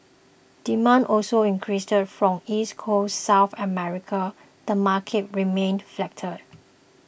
demand also increased from East Coast South America the market remained flatter